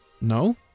No